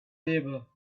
table